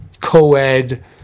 co-ed